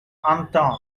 unturned